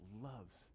loves